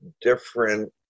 different